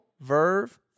Verve